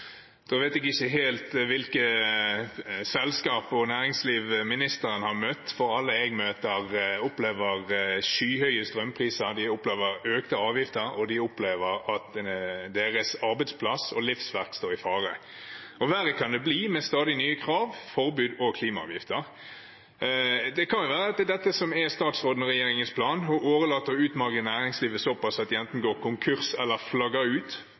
Da vet jeg ikke helt hvilke selskap og næringsliv ministeren har møtt, for alle jeg møter, opplever skyhøye strømpriser, de opplever økte avgifter, og de opplever at deres arbeidsplass og livsverk står i fare. Og verre kan det bli med stadig nye krav, forbud og klimaavgifter. Det kan være at det er dette som er statsråden og regjeringens plan: å årelate og utmagre næringslivet såpass at de enten går konkurs eller flagger ut.